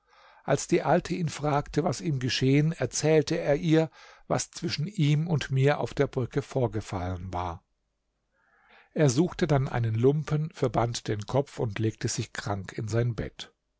als die alte ihn fragte was ihm geschehen erzählte er ihr was zwischen ihm und mir auf der brücke vorgefallen war er suchte dann einen lumpen und verband den kopf und legte sich krank in sein bett